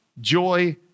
joy